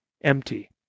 empty